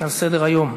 על סדר-היום,